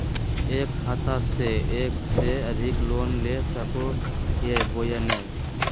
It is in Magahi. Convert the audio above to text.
एक खाता से एक से अधिक लोन ले सको हियय बोया नय?